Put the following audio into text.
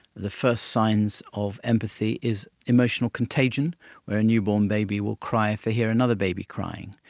the first signs of empathy is emotional contagion where a newborn baby will cry if they hear another baby crying.